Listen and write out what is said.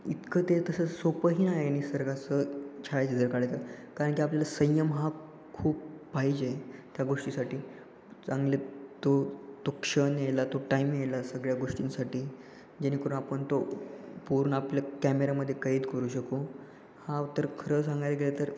इतकं ते तसं सोपंही नाही निसर्गाचं छायाचित्र काढायचं कारण की आपला संयम हा खूप पाहिजे त्या गोष्टीसाठी चांगले तो तो क्षण यायला तो टाईम यायला सगळ्या गोष्टींसाठी जेणेकरून आपण तो पूर्ण आपल्या कॅमेऱ्यामध्ये कैद करू शकू हा तर खरं सांगायला गेलं तर